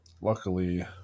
Luckily